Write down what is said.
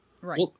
Right